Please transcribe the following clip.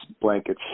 blankets